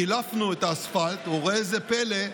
קילפנו את האספלט, וראו זה פלא,